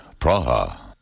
Praha